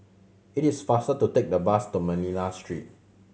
it is faster to take the bus to Manila Street